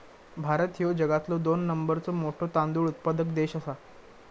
भारत ह्यो जगातलो दोन नंबरचो मोठो तांदूळ उत्पादक देश आसा